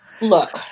Look